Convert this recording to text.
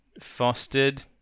fostered